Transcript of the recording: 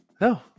No